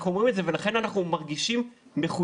אנחנו אומרים את זה ולכן אנחנו מרגישים מחויבות.